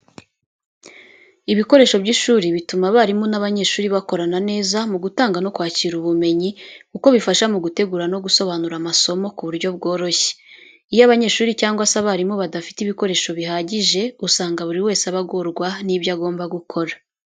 Ibikoresho by'ishuri bituma abarimu n'abanyeshuri bakorana neza mu gutanga no kwakira ubumenyi kuko bifasha mu gutegura no gusobanura amasomo ku buryo bworoshye. Iyo abanyeshuri cyangwa se abarimu badafite ibikoresho bihagije, usanga buri wese aba agorwa n'ibyo agomba gukora.